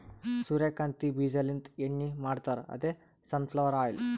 ಸೂರ್ಯಕಾಂತಿ ಬೀಜಾಲಿಂತ್ ಎಣ್ಣಿ ಮಾಡ್ತಾರ್ ಅದೇ ಸನ್ ಫ್ಲವರ್ ಆಯಿಲ್